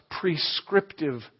prescriptive